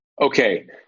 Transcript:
Okay